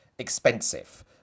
expensive